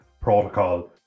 protocol